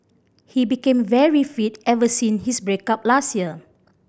he became very fit ever since his break up last year